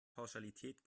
pauschalität